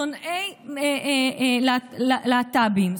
שונאי להט"בים,